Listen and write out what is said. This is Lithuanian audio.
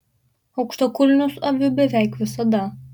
aukštakulnius aviu beveik visada